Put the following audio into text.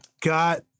got